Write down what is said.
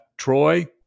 Troy